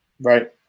Right